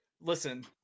listen